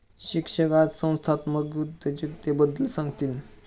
शिक्षक आज संस्थात्मक उद्योजकतेबद्दल सांगतील